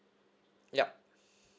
ya